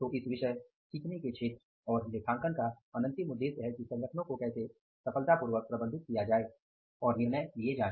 तो इस विषय सीखने के क्षेत्र और लेखांकन का अनंतिम उद्देश्य है कि संगठनों को कैसे सफलतापूर्वक प्रबंधित किया जाए और निर्णय लिए जायें